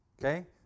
Okay